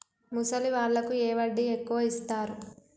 ముసలి వాళ్ళకు ఏ వడ్డీ ఎక్కువ ఇస్తారు?